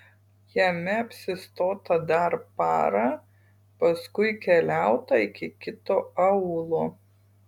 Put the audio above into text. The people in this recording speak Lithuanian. jame apsistota dar parą paskui keliauta iki kito aūlo